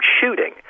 shooting